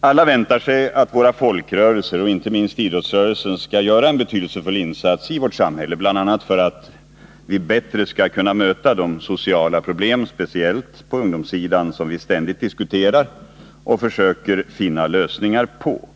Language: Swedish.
Alla väntar sig att våra folkrörelser och inte minst idrottsrörelsen skall göra en betydelsefull insats i vårt samhälle, bl.a. för att vi bättre skall kunna möta de sociala problem, speciellt på ungdomssidan, som vi ständigt diskuterar och försöker finna lösningar på.